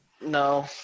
No